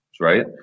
right